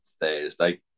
Thursday